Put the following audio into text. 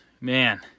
man